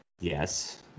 Yes